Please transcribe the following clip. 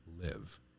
live